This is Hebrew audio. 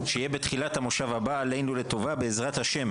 שיהיה בתחילת המושב הבא עלינו לטובה בעזרת ה'.